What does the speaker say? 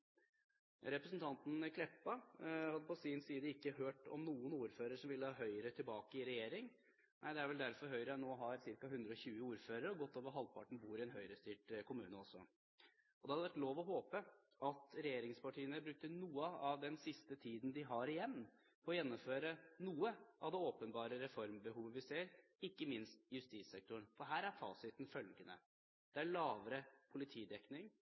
Representanten Meltveit Kleppa hadde på sin side ikke hørt om noen ordførere som ville ha Høyre tilbake i regjering. Nei, det er vel derfor Høyre nå har ca. 120 ordførere, og godt over halvparten av dem bor i en Høyre-styrt kommune. Det hadde vært lov å håpe at regjeringspartiene brukte noe av den siste tiden de har igjen, på å gjennomføre noe av det åpenbare reformbehovet vi ser, ikke minst i justissektoren, for her er fasiten følgende: Det er lavere politidekning.